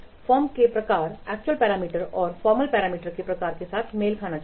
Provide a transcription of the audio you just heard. form के प्रकार actual parameters को फॉर्मल पैरामीटर्स के प्रकार के साथ मेल खाना चाहिए